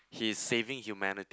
he is saving humility